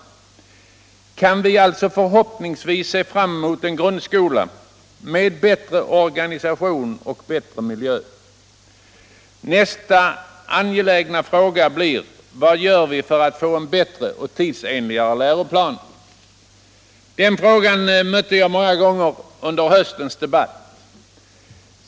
Kan vi alltså förhoppningsvis se fram emot en grundskola med bättre organisation och miljö? Nästa angelägna fråga blir: Vad gör vi för att få en bättre och tidsenligare läroplan? Den frågan mötte jag många gånger under höstens debatt.